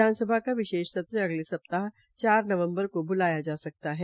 विधानसभा का विशेष सत्र अगले सप्ताह चार नवम्बर को ब्लाया जा सकता है